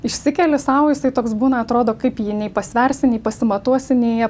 išsikeli sau jisai toks būna atrodo kaip jį nei pasversi nei pasimatuosi nei